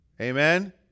Amen